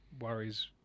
worries